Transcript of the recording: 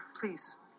Please